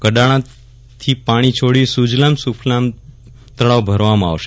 કડાણાથી પાણી છોડી સુજલામ સુફલામ તળાવ ભરવામાં આવશે